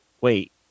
wait